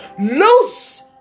Loose